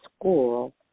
school